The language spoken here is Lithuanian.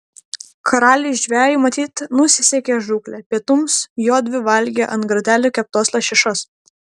karaliui žvejui matyt nusisekė žūklė pietums jodvi valgė ant grotelių keptos lašišos